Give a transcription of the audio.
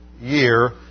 year